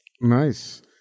Nice